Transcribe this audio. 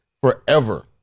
Forever